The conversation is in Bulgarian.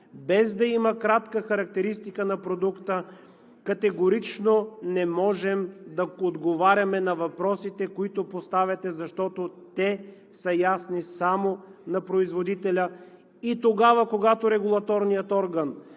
Без да има кратка характеристика на продукта, категорично не можем да отговаряме на въпросите, които поставяте, защото те са ясни само на производителя. И тогава, когато регулаторният орган